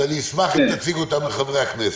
אז אשמח אם תציג אותם לחברי הכנסת.